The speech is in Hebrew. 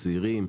צעירים,